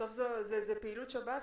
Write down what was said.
בסוף זו פעילות שב"סית.